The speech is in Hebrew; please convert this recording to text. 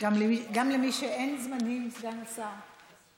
גם למי שאין זמנים, סגן השר.